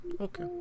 Okay